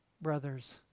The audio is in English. brothers